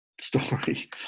story